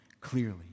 clearly